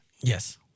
Yes